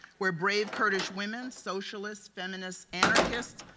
where brave kurdish women socialists, feminists, anarchists,